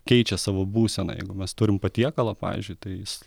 keičia savo būseną jeigu mes turim patiekalą pavyzdžiui tai jis